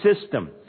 system